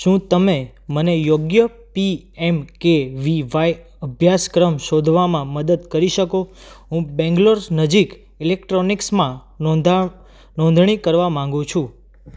શું તમે મને યોગ્ય P M K V Y અભ્યાસક્રમ શોધવામાં મદદ કરી શકો હું બેંગ્લોર નજીક ઇલેક્ટ્રોનિક્સમાં નોંધણી કરવા માગું છું